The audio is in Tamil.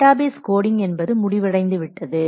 டேட்டாபேஸ் கோடிங் என்பது முடிவடைந்து விட்டது